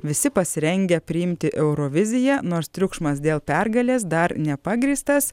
visi pasirengę priimti euroviziją nors triukšmas dėl pergalės dar nepagrįstas